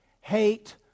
hate